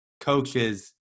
coaches